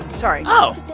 sorry. oh.